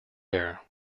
air